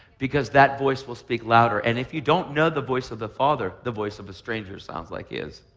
because that voice will speak louder. and if you don't know the voice of the father, the voice of a stranger sounds like his.